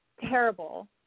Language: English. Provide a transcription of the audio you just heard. terrible